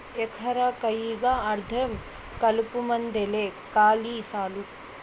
ఎకరా కయ్యికా అర్థం కలుపుమందేలే కాలి సాలు